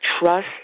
Trust